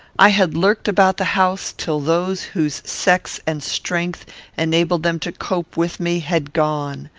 i had lurked about the house, till those whose sex and strength enabled them to cope with me had gone.